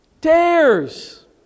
Tears